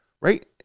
Right